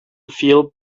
feel